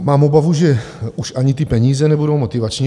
Mám obavu, že už ani ty peníze nebudou motivační.